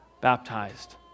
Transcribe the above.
baptized